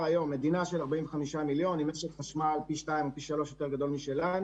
מדינה של 45 מיליון עם משק חשמל פי שניים או פי שלושה יותר גדול משלנו,